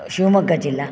शिवमोग्गाजिल्ला